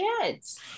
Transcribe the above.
kids